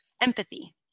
empathy